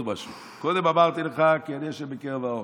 משהו: קודם אמרתי לך "כי אני ה' בקרב הארץ",